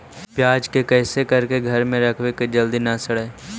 प्याज के कैसे करके घर में रखबै कि जल्दी न सड़ै?